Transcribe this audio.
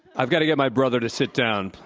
i've got to get my brother to sit down.